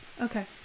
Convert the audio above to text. Okay